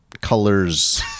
Colors